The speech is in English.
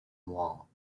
wall